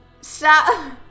Stop